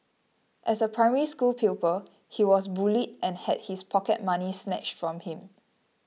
as a Primary School pupil he was bullied and had his pocket money snatched from him